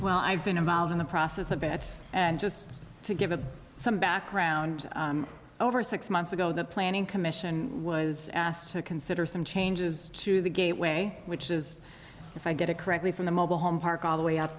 well i've been involved in the process of it and just to give it some background over six months ago the planning commission was asked to consider some changes to the gateway which is if i get it correctly from the mobile home park all the way